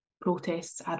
protests